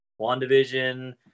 WandaVision